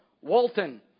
Walton